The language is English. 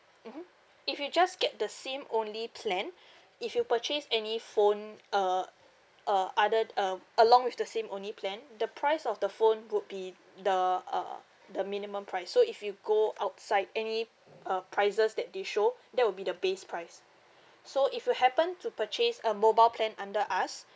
mmhmm if you just get the SIM only plan if you purchase any phone uh uh other uh along with the SIM only plan the price of the phone would be the uh the minimum price so if you go outside any uh prices that they show that will be the base price so if you happen to purchase a mobile plan under us